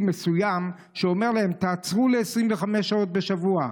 מסוים שאומר להם: תעצרו ל-25 שעות בשבוע.